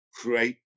Create